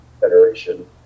Federation